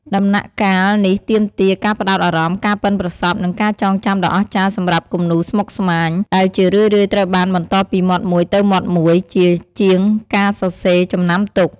ដំណាក់កាលនេះទាមទារការផ្តោតអារម្មណ៍ ការប៉ិនប្រសប់ និងការចងចាំដ៏អស្ចារ្យសម្រាប់គំនូរស្មុគស្មាញ ដែលជារឿយៗត្រូវបានបន្តពីមាត់មួយទៅមាត់មួយ ជាជាងការសរសេរចំណាំទុក។